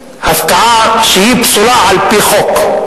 הפקעה שהיא פסולה על-פי חוק,